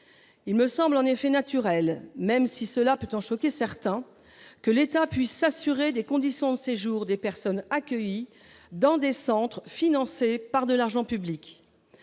Il me paraît en effet naturel, même si cela peut choquer certains, que l'État puisse s'assurer des conditions de séjour des personnes accueillies dans des centres financés par de l'argent public.